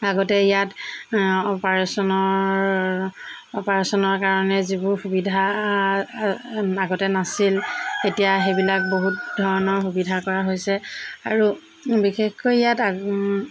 আগতে ইয়াত অপাৰেশ্যনৰ অপাৰেশ্যনৰ কাৰনে যিবোৰ সুবিধা আগতে নাছিল এতিয়া সেইবিলাক বহুত ধৰণৰ সুবিধা কৰা হৈছে আৰু বিশেষকৈ ইয়াত